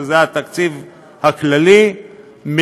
שהם התקציב הכללי,